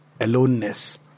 aloneness